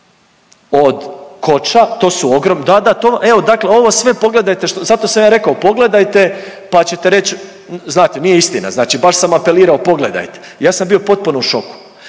od koča, to su, da, da to. Evo, dakle, ovo sve pogledajte, zato sam ja rekao pogledajte pa ćete reć, nije istina. Znači baš sam apelirao pogledajte. Ja sam bio potpuno u šoku.